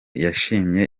yashimye